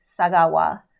Sagawa